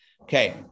Okay